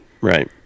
right